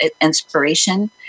inspiration